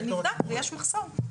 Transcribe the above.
זה נבדק ויש מחסור.